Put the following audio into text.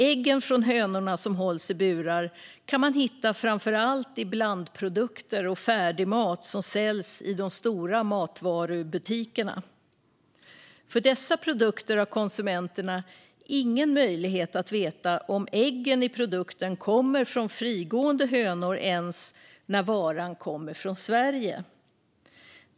Äggen från hönor som hålls i burar kan man hitta framför allt i blandprodukter och i färdigmat som säljs i de stora matvarubutikerna. Konsumenterna har ingen möjlighet att veta om äggen i dessa produkter kommer från frigående hönor ens när varan kommer från Sverige.